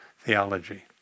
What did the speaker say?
theology